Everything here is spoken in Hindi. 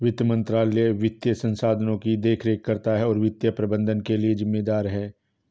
वित्त मंत्रालय वित्तीय संस्थानों की देखरेख करता है और वित्तीय प्रबंधन के लिए जिम्मेदार है